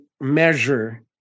measure